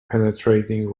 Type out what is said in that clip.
penetrating